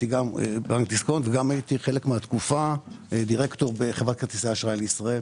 בחלק מהתקופה הייתי דירקטור בחברת כרטיסי אשראי לישראל,